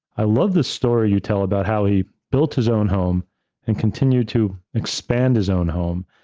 i love the story you tell about how he built his own home and continued to expand his own home,